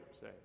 say